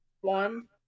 One